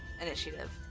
initiative